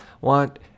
want